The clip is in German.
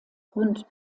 grund